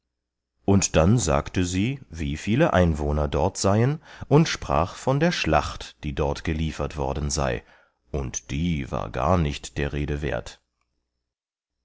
und dann sagte sie wie viele einwohner dort seien und sprach von der schlacht die dort geliefert worden sei und die war gar nicht der rede wert